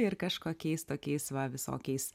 ir kažkokiais tokiais va visokiais